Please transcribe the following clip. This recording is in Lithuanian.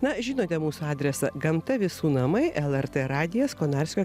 na žinote mūsų adresą gamta visų namai lrt radijas konarskio